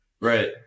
Right